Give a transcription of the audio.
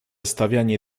stawianie